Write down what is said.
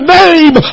name